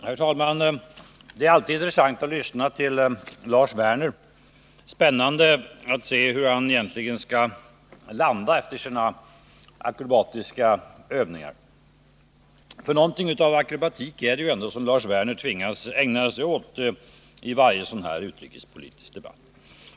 Herr talman! Det är alltid intressant att lyssna till Lars Werner. Det är spännande att se hur han skall landa efter sina akrobatiska övningar — för någonting av akrobatik är det ju ändå som Lars Werner tvingas ägna sig åt i varje sådan här utrikespolitisk debatt.